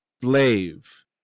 slave